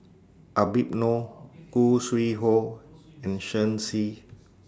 Habib Noh Khoo Sui Hoe and Shen Xi